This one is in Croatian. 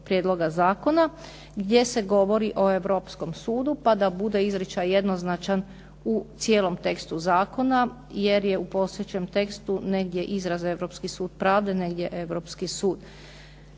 prijedloga zakona gdje se govori o Europskom sudu, pa da bude izričaj jednoznačan u cijelom tekstu zakona jer je u postojećem tekstu negdje izraz Europski sud pravde, negdje Europski sud.